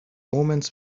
omens